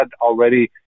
already